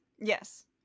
Yes